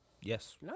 Yes